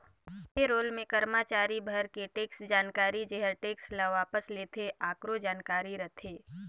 पे role मे करमाचारी भर के टेक्स जानकारी जेहर टेक्स ल वापस लेथे आकरो जानकारी रथे